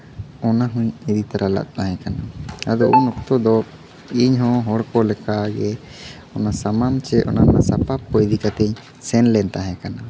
ᱚᱱᱟ ᱦᱚᱸᱧ ᱤᱫᱤ ᱛᱟᱨᱟ ᱞᱮᱫ ᱛᱟᱦᱮᱸ ᱠᱟᱱᱟ ᱟᱫᱚ ᱩᱱ ᱚᱠᱛᱚ ᱫᱚ ᱤᱧ ᱦᱚᱸ ᱦᱚᱲ ᱠᱚ ᱞᱮᱠᱟ ᱜᱮ ᱚᱱᱟ ᱥᱟᱢᱟᱱ ᱪᱮ ᱚᱱᱟ ᱨᱮᱱᱟᱜ ᱥᱟᱯᱟᱯ ᱠᱚ ᱤᱫᱤ ᱠᱟᱛᱮ ᱥᱮᱱ ᱞᱮᱱ ᱛᱟᱦᱮᱸ ᱠᱟᱱᱟ